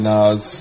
Nas